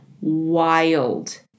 wild